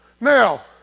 Now